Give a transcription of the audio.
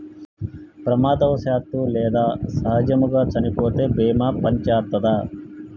ప్రమాదవశాత్తు లేదా సహజముగా చనిపోతే బీమా పనిచేత్తదా?